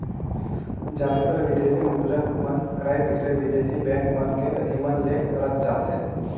जादातर बिदेसी मुद्रा मन क्रय बिक्रय बिदेसी बेंक मन के अधिमन ले करत जाथे